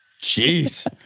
Jeez